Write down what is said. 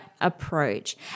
approach